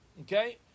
okay